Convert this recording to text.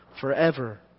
forever